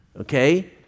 Okay